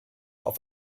auf